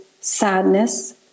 sadness